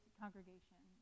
congregation